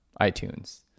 iTunes